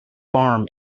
farm